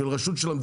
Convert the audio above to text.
של רשות של המדינה?